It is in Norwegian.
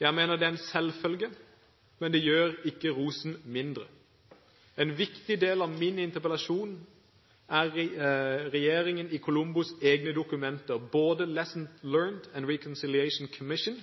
Jeg mener det er en selvfølge, men det gjør ikke rosen mindre. En viktig del av min interpellasjon er regjeringen i Colombos egne dokumenter, både Lessons Learnt and Reconciliation Commission,